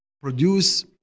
produce